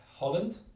Holland